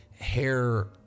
hair